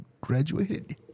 graduated